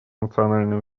национальные